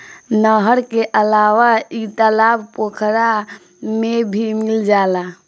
नहर के अलावा इ तालाब पोखरा में भी मिल जाला